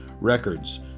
records